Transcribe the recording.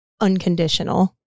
unconditional